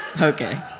Okay